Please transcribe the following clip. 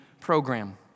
program